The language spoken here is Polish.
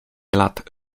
lat